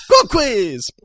quiz